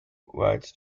whites